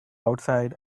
outside